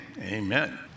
amen